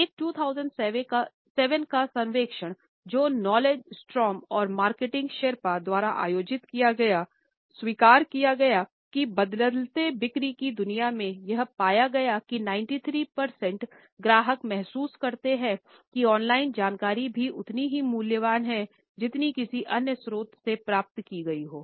एक 2007 का सर्वेक्षण जो नॉलेजद्वारा आयोजित किया गया स्वीकार किया गया की बदलते बिक्री की दुनिया में यह पाया गया कि 93 प्रतिशत ग्राहक महसूस करते है कि ऑनलाइन जानकारी भी उतनी ही मूल्यवान हैं जितनी किसी अन्य स्रोत से प्राप्त की गई हो